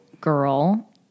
girl